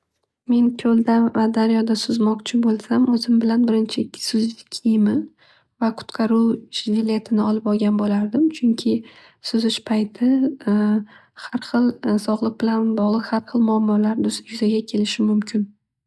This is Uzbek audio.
Men ko'lda va daryoda suzmoqchi bo'lsam. O'zim bilan birinchi suzish kiyimi va qutqaruv jiletini olib olgan bo'lardim. Chunki suzish payti har xil sog'liq bilan bog'liq har xil muammolar yuzaga kelishi mumkin.